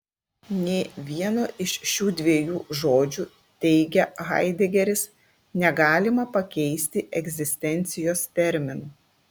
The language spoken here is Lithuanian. nė vieno iš šių dviejų žodžių teigia haidegeris negalima pakeisti egzistencijos terminu